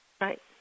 Right